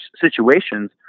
situations